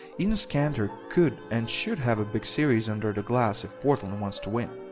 enes kanter could and should have a big series under the glass if portland wants to win.